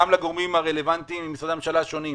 גם מהגורמים הרלוונטיים ממשרדי הממשלה השונים.